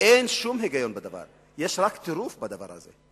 אין שום היגיון בדבר, יש רק טירוף בדבר הזה.